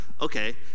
okay